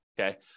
Okay